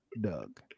Doug